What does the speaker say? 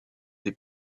des